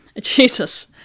Jesus